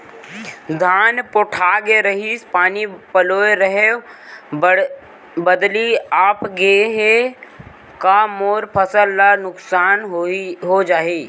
धान पोठागे रहीस, पानी पलोय रहेंव, बदली आप गे हे, का मोर फसल ल नुकसान हो जाही?